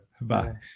Bye